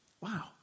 Wow